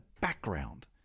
background